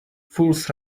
fools